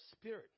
spirit